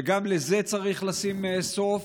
וגם לזה צריך לשים סוף.